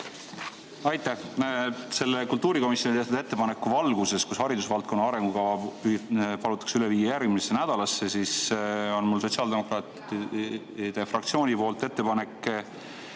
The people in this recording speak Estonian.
Aitäh! Selle kultuurikomisjoni tehtud ettepaneku valguses, kus haridusvaldkonna arengukava palutakse üle viia järgmisesse nädalasse, on mul sotsiaaldemokraatide fraktsiooni poolt ettepanek